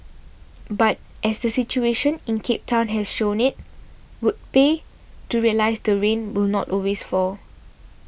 but as the situation in Cape Town has shown it would pay to realise that rain will not always fall